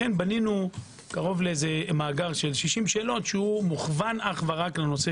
לכן בנינו מאגר של קרוב ל-60 שאלות שמוכוון רק לנושא